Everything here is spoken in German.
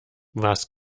was